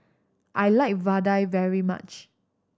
I like vadai very much